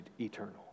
eternal